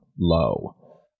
low